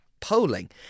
polling